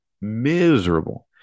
miserable